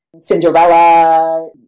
cinderella